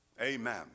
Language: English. Amen